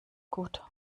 gut